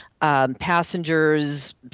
Passengers